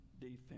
defense